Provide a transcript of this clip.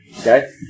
okay